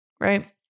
right